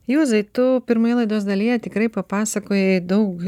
juozai tu pirmoje laidos dalyje tikrai papasakojai daug